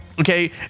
Okay